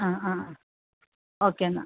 ആ ആ ഓക്കെ എന്നാൽ